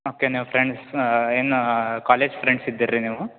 okay ನೀವು friends ಏನು college friends ಇದ್ದಿರಾ ರೀ ನೀವು